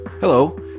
Hello